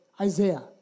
Isaiah